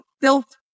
built